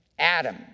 Adam